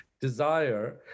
desire